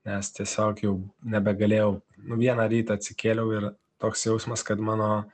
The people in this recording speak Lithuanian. nes tiesiog jau nebegalėjau nu vieną rytą atsikėliau ir toks jausmas kad mano